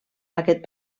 aquest